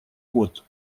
код